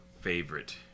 favorite